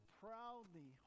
proudly